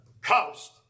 cost